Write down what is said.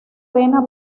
vena